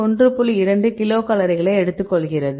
2 கிலோகலோரிகளை எடுத்துக் கொள்கிறது